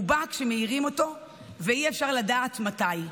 הוא בא כשמעירים אותו, ואי-אפשר לדעת מתי.